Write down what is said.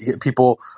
people